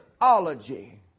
ology